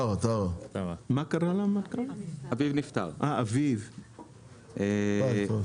טרה חברה מפסידה לאורך כבר תקופה ארוכה